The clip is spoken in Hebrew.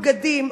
בגדים,